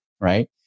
right